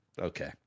okay